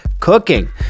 Cooking